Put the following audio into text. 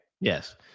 Yes